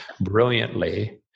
brilliantly